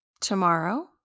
tomorrow